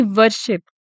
worship